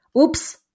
oops